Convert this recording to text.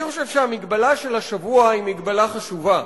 אני חושב שהמגבלה של השבוע היא מגבלה חשובה.